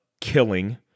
killing